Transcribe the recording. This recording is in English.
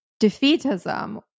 defeatism